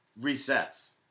resets